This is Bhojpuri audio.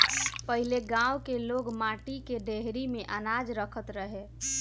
पहिले गांव के लोग माटी के डेहरी में अनाज रखत रहे